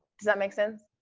does that make sense?